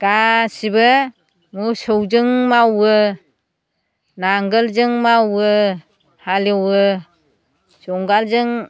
गासिबो मोसौजों मावो नांगोलजों मावो हालेवो जुंगालजों